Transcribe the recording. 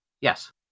Yes